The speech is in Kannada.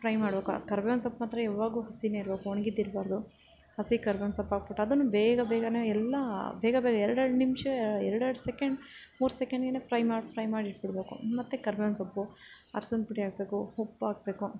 ಫ್ರೈ ಮಾಡಬೇಕು ಆ ಕರಿಬೇವಿನ ಸೊಪ್ಪು ಮಾತ್ರ ಯಾವಾಗ್ಲೂ ಹಸಿಯೇ ಇರಬೇಕು ಒಣ್ಗಿದ್ದು ಇರಬಾರ್ದು ಹಸಿ ಕರಿಬೇವಿನ ಸೊಪ್ಪು ಹಾಕ್ಬಿಟ್ಟು ಅದನ್ನು ಬೇಗ ಬೇಗನೇ ಎಲ್ಲ ಬೇಗ ಬೇಗ ಎರಡೆರಡು ನಿಮ್ಷ ಎರಡೆರಡು ಸೆಕೆಂಡ್ ಮೂರು ಸೆಕೆಂಡಿಗೇ ಫ್ರೈ ಮಾಡಿ ಫ್ರೈ ಮಾಡಿಟ್ಬಿಡಬೇಕು ಮತ್ತು ಕರಿಬೇವಿನ ಸೊಪ್ಪು ಅರ್ಶಿನ ಪುಡಿ ಹಾಕ್ಬೇಕು ಉಪ್ಪು ಹಾಕ್ಬೇಕು